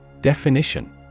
Definition